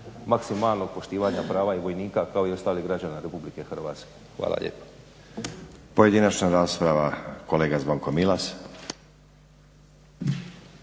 maksimalnog poštivanja prava i vojnika kao i ostalih građana Republike Hrvatske. Hvala lijepo. **Stazić, Nenad (SDP)** Pojedinačna rasprava kolega Zvonko Milas.